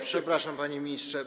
Przepraszam, panie ministrze.